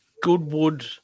Goodwood